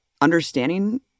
understanding